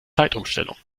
zeitumstellung